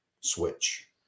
switch